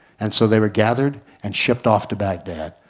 and so they were gathered and shipped off to baghdad.